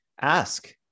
ask